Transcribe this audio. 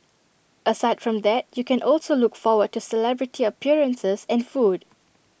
aside from that you can also look forward to celebrity appearances and food